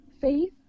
Faith